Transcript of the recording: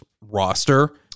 roster